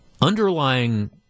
underlying